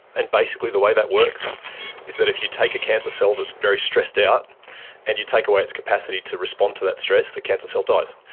and basically the way that works is that if you take a cancer cell that's very stressed out and you take away its capacity to respond to that stress, the cancer cell dies.